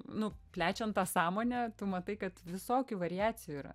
nu plečiant tą sąmonę tu matai kad visokių variacijų yra